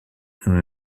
nous